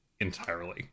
entirely